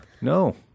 No